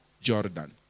Jordan